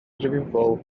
ddifrifol